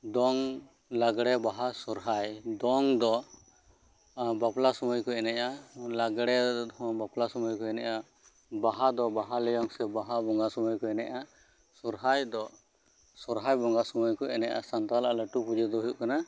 ᱫᱚᱝ ᱞᱟᱜᱽᱲᱮ ᱵᱟᱦᱟ ᱥᱚᱨᱦᱟᱭ ᱫᱚᱝ ᱫᱚ ᱵᱟᱯᱞᱟ ᱥᱩᱢᱟᱹᱭ ᱠᱚ ᱮᱱᱮᱡᱼᱟ ᱞᱟᱜᱽᱲᱮ ᱦᱚᱸ ᱵᱟᱯᱞᱟ ᱥᱩᱢᱟᱹᱭ ᱠᱚ ᱮᱱᱮᱡᱼᱟ ᱵᱟᱦᱟ ᱫᱚ ᱵᱟᱦᱟ ᱞᱚᱭᱚᱝ ᱥᱮ ᱵᱟᱦᱟ ᱵᱚᱸᱜᱟ ᱥᱩᱢᱟᱹᱭ ᱠᱚ ᱮᱱᱮᱡᱼᱟ ᱥᱚᱨᱦᱟᱭ ᱫᱚ ᱚᱨᱦᱟᱭ ᱵᱚᱸᱜᱟ ᱥᱩᱢᱟᱹᱭ ᱠᱚ ᱮᱱᱮᱡᱼᱟ ᱥᱟᱱᱛᱟᱞᱟᱜ ᱞᱟᱴᱩ ᱯᱩᱡᱟᱹ ᱫᱚ ᱦᱩᱭᱩᱜ ᱠᱟᱱᱟ